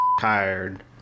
tired